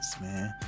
man